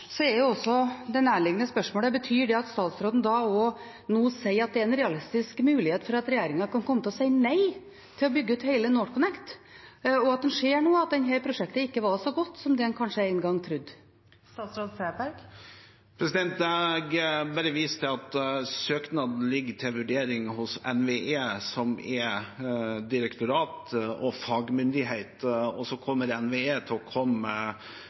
er det nærliggende spørsmålet: Betyr det at statsråden nå sier at det er en realistisk mulighet for at regjeringen kan komme til å si nei til å bygge ut hele NorthConnect, og at en nå ser at dette prosjektet ikke er så godt som det en kanskje en gang trodde? Jeg bare viser til at søknaden ligger til vurdering hos NVE, som er direktorat og fagmyndighet, og NVE vil komme med sin anbefaling til